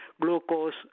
glucose